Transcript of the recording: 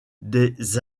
des